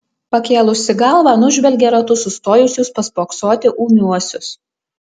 pakėlusi galvą nužvelgia ratu sustojusius paspoksoti ūmiuosius